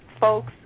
folks